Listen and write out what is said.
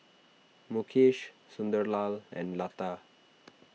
Mukesh Sunderlal and Lata